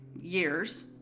years